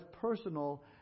personal